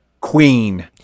queen